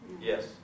Yes